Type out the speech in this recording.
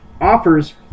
offers